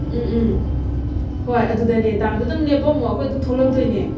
ꯎꯝ ꯎꯝ ꯍꯣꯏ ꯑꯗꯨꯗꯅꯦ ꯗꯥꯝꯗ ꯑꯗꯨꯝ ꯂꯦꯞꯄꯝꯃꯣ ꯑꯩꯈꯣꯏ ꯑꯗꯨꯝ ꯊꯣꯛꯂꯛꯇꯣꯏꯅꯦ